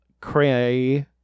Cray